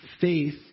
faith